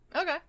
Okay